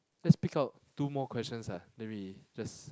let's pick up two more questions lah then we just